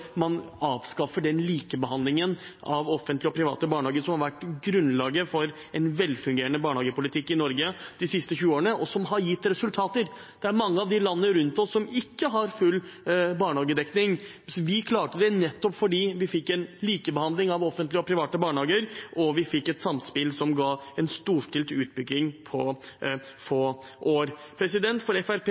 man avskaffer den likebehandlingen av offentlige og private barnehager som har vært grunnlaget for en velfungerende barnehagepolitikk i Norge de siste 20 årene, og som har gitt resultater. Det er mange av landene rundt oss som ikke har full barnehagedekning. Vi klarte det – nettopp fordi vi fikk en likebehandling av offentlige og private barnehager, og vi fikk et samspill som ga en storstilt utbygging på få år. For